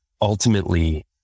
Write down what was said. Ultimately